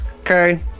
Okay